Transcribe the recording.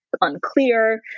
unclear